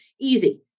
easy